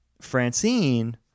Francine